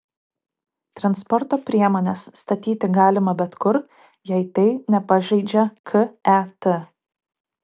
transporto priemones statyti galima bet kur jei tai nepažeidžia ket